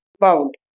bound